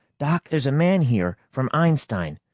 doc, there's a man here from einstein.